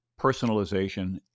personalization